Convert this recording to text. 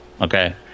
Okay